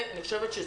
לימודי שוויוניות.